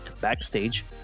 backstage